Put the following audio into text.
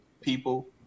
people